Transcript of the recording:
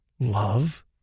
Love